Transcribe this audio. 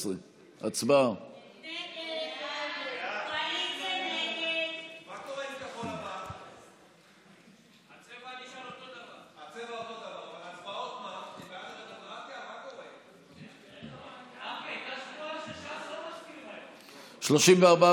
12. הצבעה.